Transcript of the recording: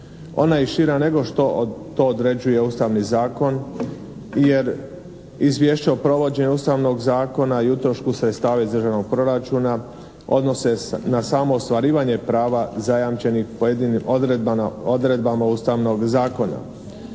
Ona je šira nego što to određuje ustavni zakon jer izvješća o provođenju ustavnog zakona i utrošku sredstava izrađenog proračuna odnose se na samo ostvarivanje prava zajamčenih pojedinim odredbama ustavnog zakona.